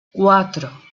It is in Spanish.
cuatro